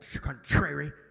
contrary